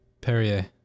Perrier